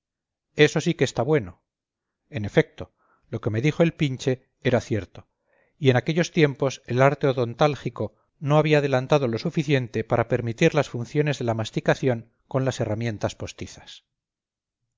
eso sí que está bueno en efecto lo que me dijo el pinche era cierto y en aquellos tiempos el arte odontálgico no había adelantado lo suficiente para permitir las funciones de la masticación con las herramientas postizas